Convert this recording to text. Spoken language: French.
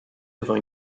devant